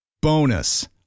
Bonus